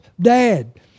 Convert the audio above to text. dad